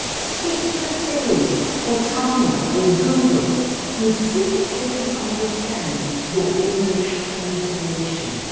speak to siri, cortana or google and see if they can understand your english pronunciation.